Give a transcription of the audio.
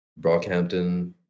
Brockhampton